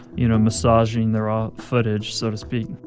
you know, massaging the raw footage so to speak